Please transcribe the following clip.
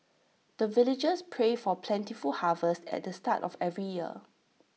the villagers pray for plentiful harvest at the start of every year